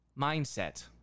Mindset